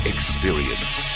Experience